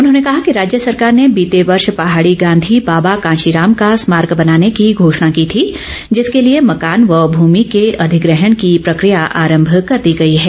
उन्होंने कहा कि राज्य सरकार ने बीते वर्ष पहाडी गांधी बाबा कांशीराम का स्मारक बनाने की घोषणा की थी जिसके लिए मकान व भूमि के अधिग्रहण की प्रक्रिया आरम्भ कर दी गई है